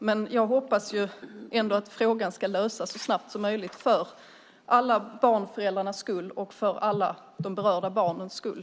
Men jag hoppas ändå att frågan ska lösas så snabbt som möjligt för alla småbarnsföräldrars och alla de berörda barnens skull.